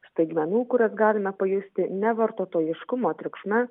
staigmenų kurias galime pajusti ne vartotojiškumo triukšme